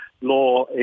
law